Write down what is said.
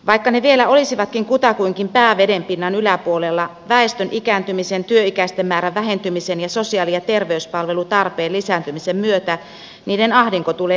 vaikka ne vielä olisivatkin kutakuinkin pää vedenpinnan yläpuolella väestön ikääntymisen työikäisten määrän vähentymisen ja sosiaali ja terveyspalvelutarpeen lisääntymisen myötä niiden ahdinko tulee lisääntymään